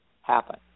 happen